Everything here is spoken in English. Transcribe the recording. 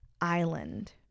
Island